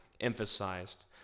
emphasized